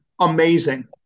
amazing